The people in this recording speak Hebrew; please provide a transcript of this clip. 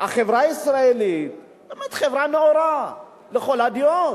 החברה הישראלית היא באמת חברה נאורה, לכל הדעות,